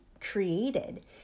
created